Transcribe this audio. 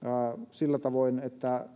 sillä tavoin että